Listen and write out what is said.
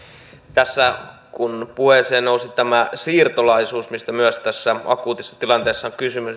tässä kun puheeseen nousi tämä siirtolaisuus mistä myös tässä akuutissa tilanteessa on kysymys